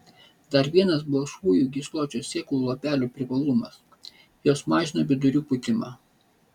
dar vienas balkšvųjų gysločių sėklų luobelių privalumas jos mažina vidurių pūtimą